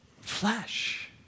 flesh